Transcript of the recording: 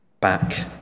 back